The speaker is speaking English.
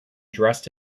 dressed